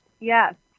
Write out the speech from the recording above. Yes